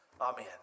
amen